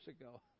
ago